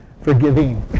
Forgiving